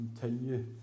continue